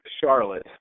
Charlotte